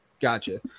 Gotcha